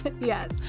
yes